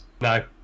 No